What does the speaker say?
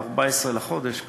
ב-14 לחודש,